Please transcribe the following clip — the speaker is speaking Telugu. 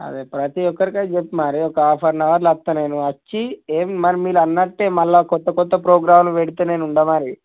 అదే ప్రతీ ఒక్కరికి అయితే చెప్పుము మరి ఒక హాఫ్ అండ్ అవర్లో వస్తాను నేను వచ్చి ఏం మరి మీరు అన్నట్టే మళ్ళీ క్రొత్త క్రొత్త ప్రోగ్రాంలు పెడితే నేను ఉంటా మరి